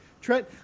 Trent